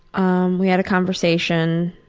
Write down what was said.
um we had a conversation.